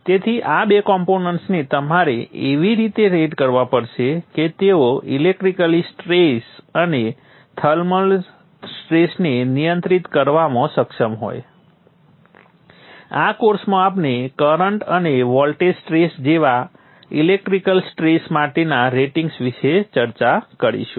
તેથી આ બે કોમ્પોનન્ટ્સને તમારે એવી રીતે રેટ કરવા પડશે કે તેઓ ઇલેક્ટ્રિકલ સ્ટ્રેસ અને થર્મલ સ્ટ્રેસને નિયંત્રિત કરવામાં સક્ષમ હોય આ કોર્સમાં આપણે કરન્ટ અને વોલ્ટેજ સ્ટ્રેસ જેવા ઇલેક્ટ્રિકલ સ્ટ્રેસ માટેના રેટિંગ વિશે ચર્ચા કરીશું